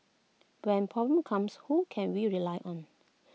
when problems comes who can we rely on